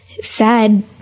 sad